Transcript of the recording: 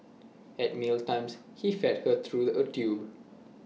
at meal times he fed her through A tube